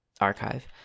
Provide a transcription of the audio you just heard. archive